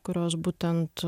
kurios būtent